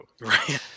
right